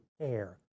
care